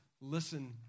listen